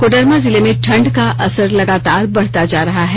कोडरमा जिले में ठंड का असर लगातार बढ़ता जा रहा है